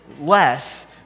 less